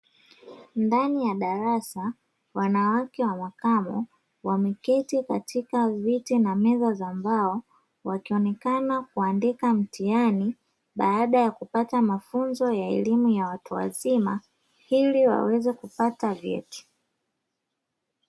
Ndani ya darasa wanawake wamakamu wameketi katika viti na meza za mbao, wakionekana kuandika mtihani baada ya kupata mafunzo ya elimu ya watu wazima; ili waweze kupata vyeti.